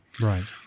right